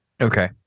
Okay